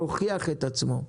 שהוכיח את עצמו.